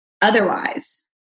otherwise